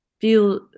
feel